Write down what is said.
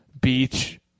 Beach